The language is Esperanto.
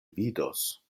vidos